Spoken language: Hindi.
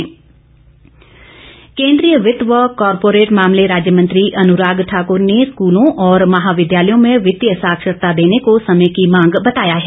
अनुराग ठाकुर केंद्रीय वित्त व कॉर्पोरेट मामले राज्य मंत्री अनुराग ठाकुर ने स्कूलों और महाविद्यालयों में वित्तीय साक्षरता देने को समय की मांग बताया है